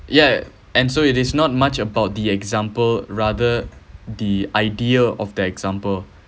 yeah and so it is not much about the example rather the idea of the example